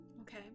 okay